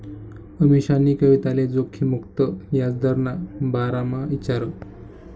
अमीशानी कविताले जोखिम मुक्त याजदरना बारामा ईचारं